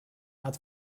not